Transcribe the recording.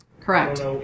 Correct